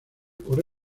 corre